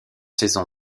saison